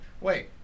wait